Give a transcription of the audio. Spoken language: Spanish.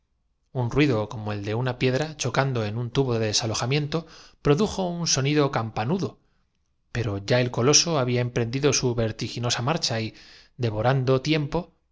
un ruido como el de una piedra igs enrique gaspar chocando en un tubo de desalojamiento produjo un sonido campanudo pero ya el coloso habla empren dido su vertiginosa marcha y devorando tiempo se